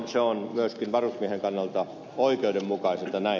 se on myöskin varusmiehen kannalta oikeudenmukaisinta näin